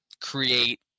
create